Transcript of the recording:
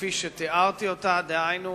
כפי שתיארתי אותה, דהיינו